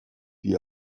die